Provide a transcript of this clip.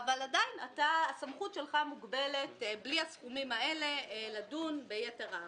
הסמכות שלך לדון ביתר העברה.